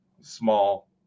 small